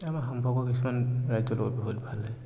আমাৰ সম্পৰ্ক কিছুমান ৰাজ্যৰ লগত বহুত ভাল লাগে